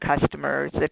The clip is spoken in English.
customers